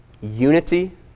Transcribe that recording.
unity